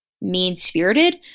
mean-spirited